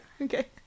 Okay